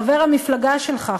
חבר המפלגה שלך,